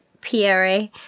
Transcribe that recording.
Pierre